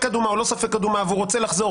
אדומה או לא ספק אדומה והוא רוצה לחזור,